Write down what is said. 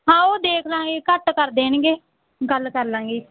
ਹਾਂ ਉਹ ਦੇਖ ਲਾਂਗੇ ਘੱਟ ਕਰ ਦੇਣਗੇ ਗੱਲ ਕਰ ਲਾਂਗੇ